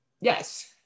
Yes